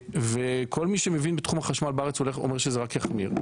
וכל מי שמבין בתחום החשמל בארץ אומר שזה רק יחמיר.